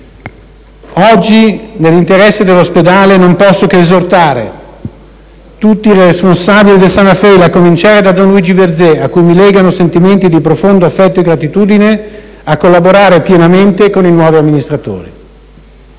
e, nell'interesse dell'Ospedale, non posso che esortare tutti i responsabili del San Raffaele, a cominciare da don Luigi Verzé, a cui mi legano sentimenti di profondo affetto e gratitudine, a collaborare pienamente con i nuovi amministratori.